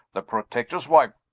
the protectors wife,